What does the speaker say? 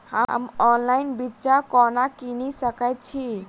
हम ऑनलाइन बिच्चा कोना किनि सके छी?